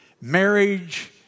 Marriage